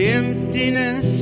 emptiness